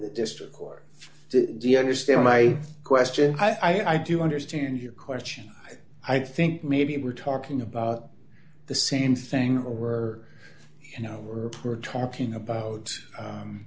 the district court to do you understand my question i do understand your question i think maybe we're talking about the same thing or you know we're talking about